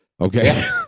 Okay